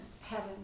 heaven